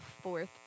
fourth